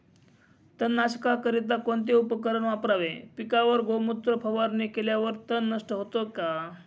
तणनाशकाकरिता कोणते उपकरण वापरावे? पिकावर गोमूत्र फवारणी केल्यावर तण नष्ट होते का?